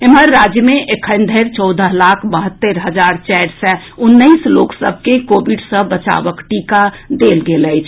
एम्हर राज्य मे एखन धरि चौदह लाख बहत्तरि हजार चारि सय उन्नैस लोक सभ के कोविड सँ बचावक टीका देल गेल अछि